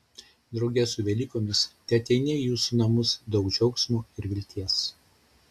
drauge su velykomis teateinie į jūsų namus daug džiaugsmo ir vilties